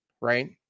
right